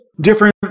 Different